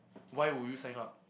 why would you sign up